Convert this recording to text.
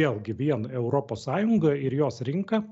vėlgi vien europos sąjungą ir jos rinką